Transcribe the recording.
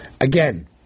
again